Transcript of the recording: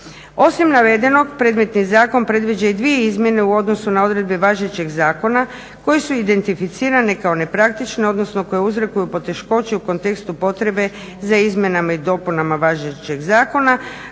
Osim navedenog predmetni zakon predviđa i dvije izmjene u odnosu na odredbe važećeg zakona koje su identificirane kao nepraktične, odnosno koje uzrokuju poteškoće u kontekstu potrebe za izmjenama i dopunama važećeg zakona,